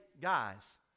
guys